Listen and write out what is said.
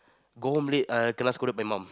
go home late uh kenna scolded by mom